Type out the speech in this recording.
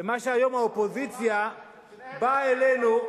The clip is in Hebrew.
מה שהיום האופוזיציה באה אלינו,